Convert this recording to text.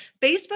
Facebook